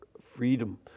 Freedom